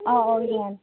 ꯑꯧ ꯑꯧ ꯌꯥꯅꯤ